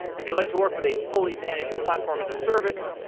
if you like to work with a fully-managed platform as a service,